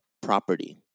property